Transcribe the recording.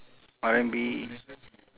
R&B